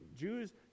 Jews